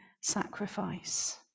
sacrifice